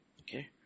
Okay